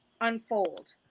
unfold